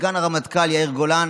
סגן הרמטכ"ל יאיר גולן.